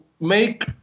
make